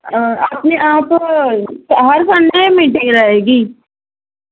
آپ نے آپ ہر سنڈے میٹنگ رہے گی